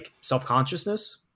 self-consciousness